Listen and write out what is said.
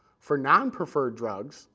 for non-preferred drugs,